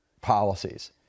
policies